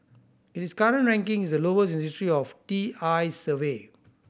its current ranking is the lowest in the history of T I's survey